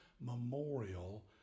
memorial